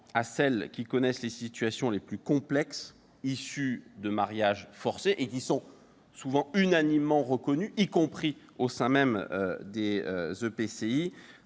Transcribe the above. à celles qui connaissent les situations les plus complexes du fait de mariages forcés souvent unanimement reconnus, y compris au sein des EPCI,